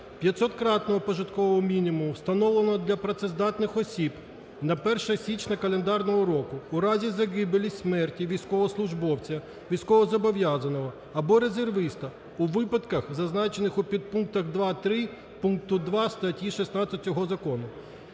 "500-кратного прожиткового мінімуму, встановленого для працездатних осіб на 1 січня календарного року, у разі загибелі, смерті військовослужбовця, військовозобов'язаного або резервіста, у випадках, зазначених у підпунктах 2-3 пункту 2 статті 16 цього